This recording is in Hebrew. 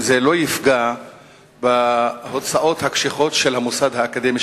זה לא יפגע בהוצאות הקשיחות של המוסד האקדמי,